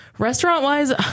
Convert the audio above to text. Restaurant-wise